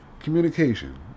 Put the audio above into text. Communication